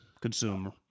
consumer